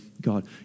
God